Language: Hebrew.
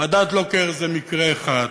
ועדת לוקר היא מקרה אחד.